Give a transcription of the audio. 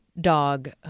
dog